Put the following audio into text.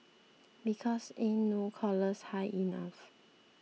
because ain't no collars high enough